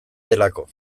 delako